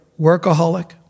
workaholic